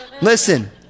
Listen